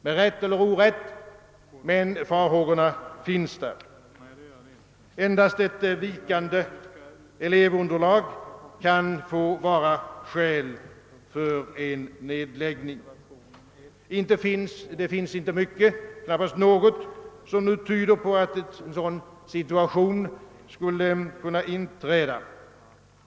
Dessa farhågor kan hysas med rätt eller med orätt, men de finns där ändå. Endast ett vikande elevunderlag kan få vara skäl för en nedläggning. Det finns inte mycket, knappast något, som nu tyder på att en sådan situation skulle kunna inträda.